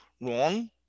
wrong